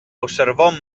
osservò